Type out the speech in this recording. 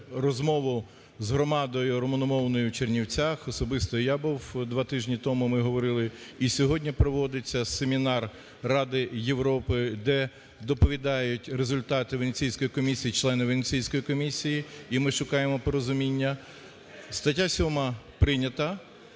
розмову з громадою румуномовною в Чернівцях, особисто я був два тижні тому, ми говорили. І сьогодні проводиться семінар Ради Європи, де доповідають результати Венеційської комісії члени Венеційської комісії, і ми шукаємо порозуміння. Стаття 7 прийнята.